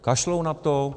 Kašlou na to?